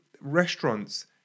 restaurants